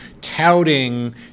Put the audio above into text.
touting